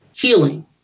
Healing